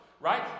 Right